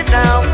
now